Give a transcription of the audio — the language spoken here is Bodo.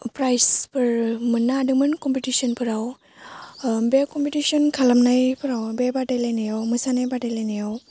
प्राइजफोर मोननो हादोंमोन कम्पिटिसनफोराव बे कम्पिटिसन खालामनायफोराव बे बादायलायनायाव मोसानाय बादायलायनायाव